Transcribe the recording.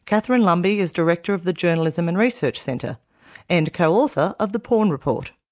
catharine lumby is director of the journalism and research centre and co-author of the porn report.